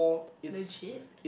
legit